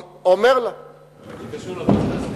איך זה קשור לוודקה?